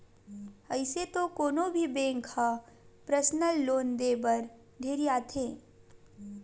अइसे तो कोनो भी बेंक ह परसनल लोन देय बर ढेरियाथे